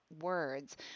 words